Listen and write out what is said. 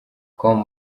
com